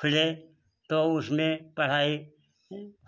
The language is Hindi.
खुले तो उसमें पढ़ाई